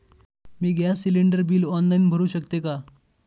मी gas cylinder bill online भरु शकते का?